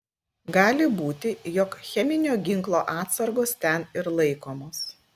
gali būti jog cheminio ginklo atsargos ten ir laikomos